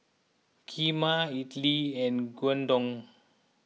Kheema Idili and Gyudon